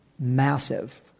massive